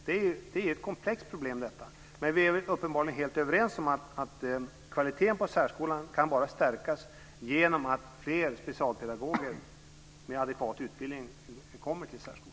Detta är ett komplext problem, men vi är uppenbarligen helt överens om att kvaliteten på särskolan bara kan stärkas genom att fler specialpedagoger med adekvat utbildning kommer till den.